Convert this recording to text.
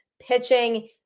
pitching